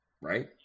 Right